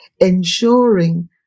Ensuring